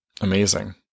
Amazing